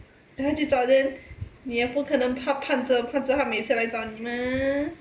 等下去找 then 你也不可能盼盼着盼着他每次来找你嘛